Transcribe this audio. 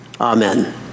Amen